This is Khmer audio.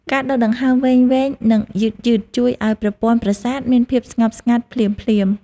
ការដកដង្ហើមវែងៗ និងយឺតៗ ជួយឱ្យប្រព័ន្ធប្រសាទមានភាពស្ងប់ស្ងាត់ភ្លាមៗ។